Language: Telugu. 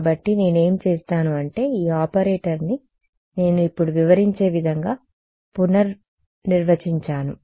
కాబట్టి నేనేం చేస్తాను అంటే ఈ ఆపరేటర్ని నేను ఇప్పుడు వివరించే విధంగా పునర్నిర్వచించాను